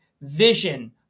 vision